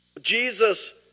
Jesus